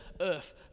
earth